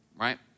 right